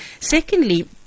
Secondly